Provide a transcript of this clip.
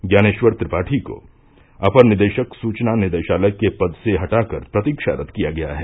ज्ञानेश्वर त्रिपाठी को अपर निदेशक सूचना निदेशालय के पद से हटा कर प्रतीक्षारत किया गया है